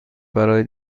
برای